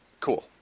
Cool